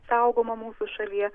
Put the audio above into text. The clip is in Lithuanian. saugoma mūsų šalyje